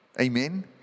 Amen